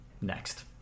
Next